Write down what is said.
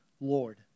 Lord